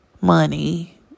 money